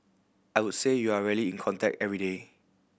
I would say you are really in contact every day